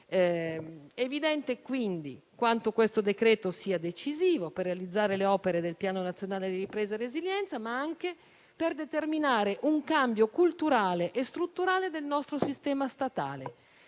È evidente quanto questo decreto sia decisivo per realizzare le opere del Piano nazionale di ripresa e resilienza, ma anche per determinare un cambio culturale e strutturale del nostro sistema statale,